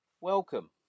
welcome